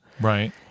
Right